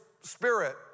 Spirit